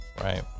Right